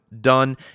done